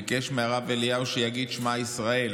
ביקש מהרב אליהו שיגיד שמע ישראל